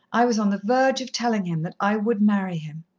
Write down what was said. i was on the verge of telling him that i would marry him.